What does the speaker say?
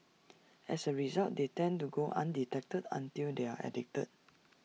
as A result they tend to go undetected until they are addicted